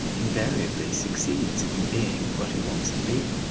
invariably succeeds in being what he wants to be.